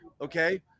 okay